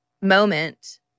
moment